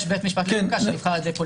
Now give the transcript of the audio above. יש בית משפט לחוקה, שנבחר על ידי פוליטיקאים.